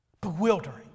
bewildering